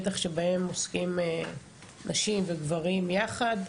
בטח שבהם עוסקים נשים וגברים יחד,